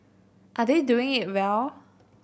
are they doing it well